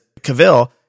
Cavill